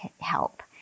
help